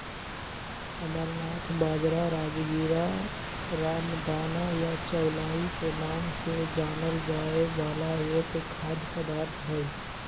amaranth बाजरा, राजगीरा, रामदाना या चौलाई के नाम से जानल जाय वाला एक खाद्य पदार्थ हई